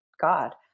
God